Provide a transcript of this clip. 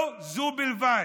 לא זו בלבד,